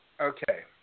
Okay